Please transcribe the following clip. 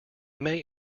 may